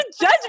judge